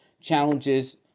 challenges